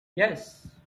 yes